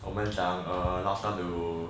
我们讲 err last time to